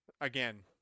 Again